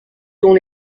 dont